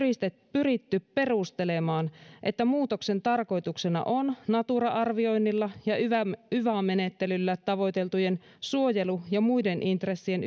pyritty perustelemaan että muutoksen tarkoituksena on natura arvioinnilla ja yva menettelyllä tavoiteltujen suojelu ja muiden intressien